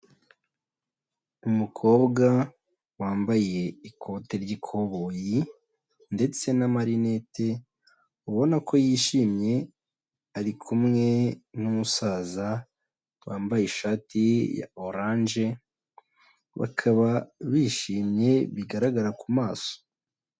Umukobwa wambaye ikote ry'ikoboyi ndetse n'amarinete ubona ko yishimye, ari kumwe n'umusaza wambaye ishati ya oranje, bakaba bishimye bigaragara ku maso.